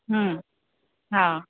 हम्म हा